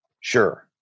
Sure